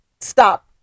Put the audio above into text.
stop